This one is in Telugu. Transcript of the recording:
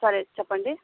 సరే చెప్పండి ఓకే